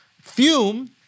Fume